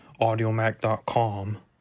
Audiomac.com